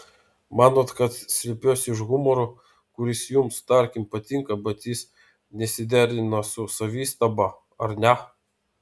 manot kad slepiuosi už humoro kuris jums tarkim patinka bet jis nesiderina su savistaba ar ne